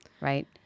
right